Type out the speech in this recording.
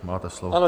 Máte slovo.